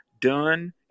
done